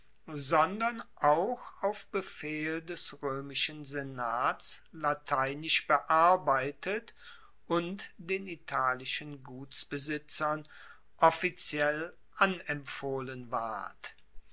sondern auch auf befehl des roemischen senats lateinisch bearbeitet und den italischen gutsbesitzern offiziell anempfohlen ward